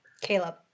Caleb